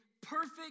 perfect